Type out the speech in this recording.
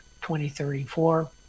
2034